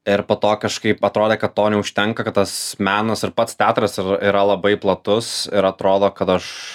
ir po to kažkaip atrodė kad to neužtenka kad tas menas ir pats teatras yra labai platus ir atrodo kad aš